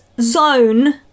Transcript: zone